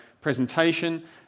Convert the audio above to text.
presentation